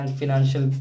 financial